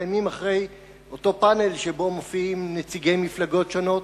אחרי אותו פאנל שבו מופיעים נציגי מפלגות שונות,